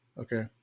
okay